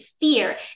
fear